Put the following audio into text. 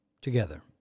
together